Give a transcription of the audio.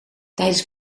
tijdens